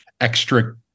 extra